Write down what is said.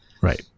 Right